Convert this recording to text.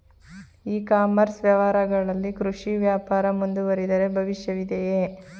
E commerce ವ್ಯವಹಾರಗಳಲ್ಲಿ ಕೃಷಿ ವ್ಯಾಪಾರ ಮುಂದುವರಿದರೆ ಭವಿಷ್ಯವಿದೆಯೇ?